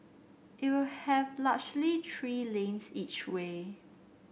it will have largely three lanes each way